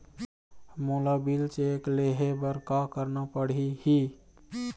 मोला bill check ले हे बर का करना पड़ही ही?